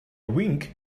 wink